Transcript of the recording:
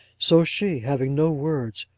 so she, having no words,